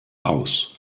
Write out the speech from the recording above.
aus